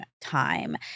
time